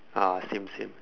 ah same same